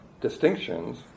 distinctions